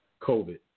COVID